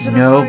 no